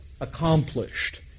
accomplished